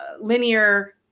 linear